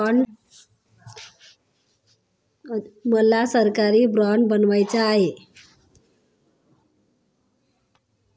मला सरकारी बाँड बनवायचा आहे